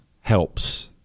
helps